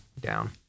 down